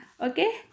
Okay